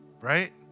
right